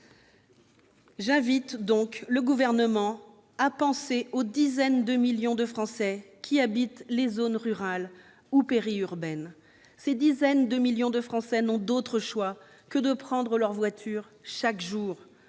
J'invite donc le Gouvernement à penser aux dizaines de millions de Français qui habitent les zones rurales ou périurbaines et qui n'ont d'autre choix que de prendre leur voiture chaque jour